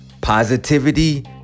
positivity